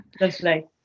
Lovely